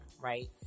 right